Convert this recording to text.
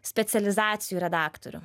specializacijų redaktorių